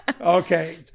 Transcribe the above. Okay